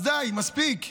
אז די, מספיק.